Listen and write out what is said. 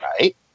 right